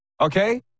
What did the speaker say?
okay